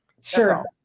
Sure